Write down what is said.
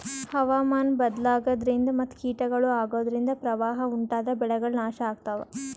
ಹವಾಮಾನ್ ಬದ್ಲಾಗದ್ರಿನ್ದ ಮತ್ ಕೀಟಗಳು ಅಗೋದ್ರಿಂದ ಪ್ರವಾಹ್ ಉಂಟಾದ್ರ ಬೆಳೆಗಳ್ ನಾಶ್ ಆಗ್ತಾವ